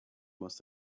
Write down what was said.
must